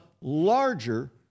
larger